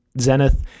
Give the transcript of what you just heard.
Zenith